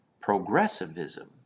progressivism